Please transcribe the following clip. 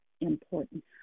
important